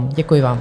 Děkuji vám.